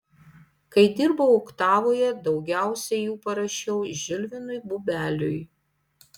kai dirbau oktavoje daugiausiai jų parašiau žilvinui bubeliui